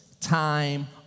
time